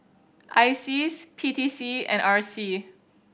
ISEAS P T C and R C